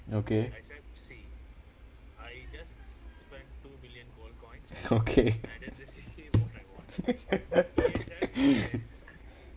okay okay